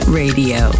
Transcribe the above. radio